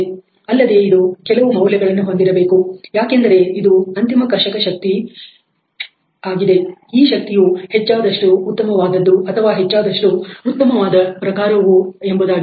ಅಲ್ಲದೆ ಇದು ಕೆಲವು ಮೌಲ್ಯಗಳನ್ನು ಹೊಂದಿರಬೇಕು ಯಾಕೆಂದರೆ ಇದು ಅಂತಿಮ ಕರ್ಷಕ ಆಗಿದೆ ಈ ಶಕ್ತಿಯು ಹೆಚ್ಚಾದಷ್ಟು ಉತ್ತಮವಾದದ್ದು ಅಥವಾ ಹೆಚ್ಚಾದಷ್ಟು ಉತ್ತಮವಾದ ಪ್ರಕಾರವು ಎಂಬುದಾಗಿದೆ